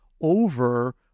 over